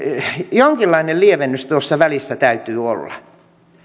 jonkinlainen lievennys tuossa välissä täytyy olla